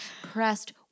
pressed